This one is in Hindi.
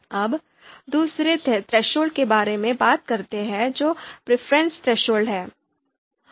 अब दूसरी थ्रेशोल्ड के बारे में बात करते हैं जो प्रिफरेंस थ्रेशोल्ड है